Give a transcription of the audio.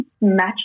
match